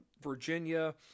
Virginia